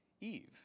eve